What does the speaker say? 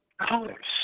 colors